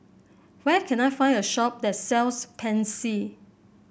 where can I find a shop that sells Pansy